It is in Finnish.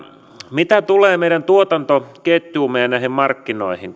mitä tulee meidän tuotantoketjuumme ja näihin markkinoihin